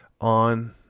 on